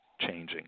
changing